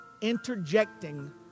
interjecting